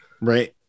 Right